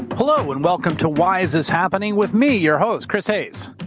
hello and welcome to why is this happening? with me, your host, chris hayes.